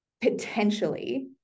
Potentially